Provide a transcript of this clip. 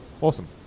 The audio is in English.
awesome